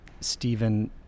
Stephen